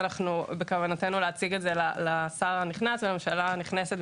ובכוונתנו להציג את זה לשר החדש ולממשלה הנכנסת,